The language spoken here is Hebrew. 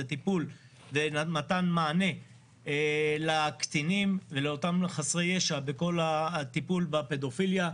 מדובר בטיפול ומתן מענה לקטינים ולאותם חסרי ישע בכל הטיפול בפדופיליה.